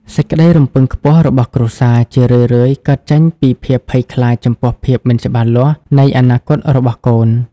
សេចក្តីរំពឹងខ្ពស់របស់គ្រួសារ ជារឿយៗកើតចេញពីភាពភ័យខ្លាចចំពោះភាពមិនច្បាស់លាស់នៃអនាគតរបស់កូន។